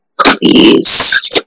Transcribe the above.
Please